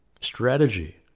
strategy